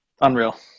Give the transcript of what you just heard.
Unreal